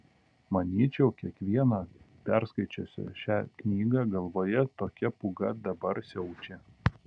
manyčiau kiekvieno perskaičiusio šią knygą galvoje tokia pūga dabar siaučia